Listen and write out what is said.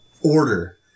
Order